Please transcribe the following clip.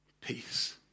peace